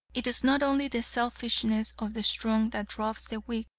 it is not only the selfishness of the strong that robs the weak,